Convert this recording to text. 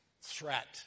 threat